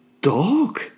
dog